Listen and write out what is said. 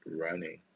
running